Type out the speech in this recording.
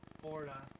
Florida